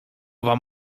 wam